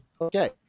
Okay